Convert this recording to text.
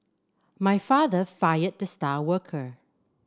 my father fired the star worker